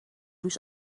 روش